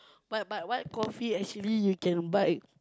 but but white coffee actually you can buy